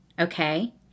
Okay